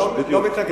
לא מתנגד.